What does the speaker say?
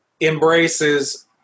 embraces